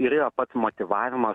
ir yra pats motyvavimas